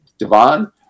Devon